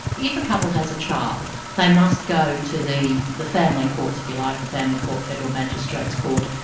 if a couple has a child, they must go to the the family courts if you like, the family court, federal magistrate's court,